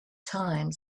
time